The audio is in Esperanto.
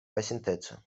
pasinteco